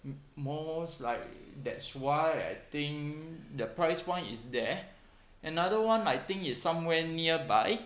m~ most like~ that's why I think the price point is there another [one] I think is somewhere nearby